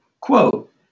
Quote